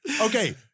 Okay